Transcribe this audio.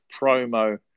promo